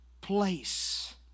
place